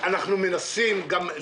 צריך לתקן את הנושא הזה,